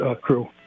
crew